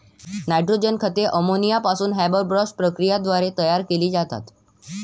nitrogen खते ammonia पासून Haber Bosch प्रक्रियेद्वारे तयार केली जातात